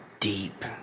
Deep